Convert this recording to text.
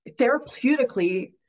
therapeutically